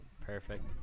Perfect